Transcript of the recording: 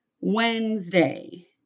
Wednesday